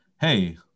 hey